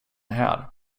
här